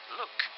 look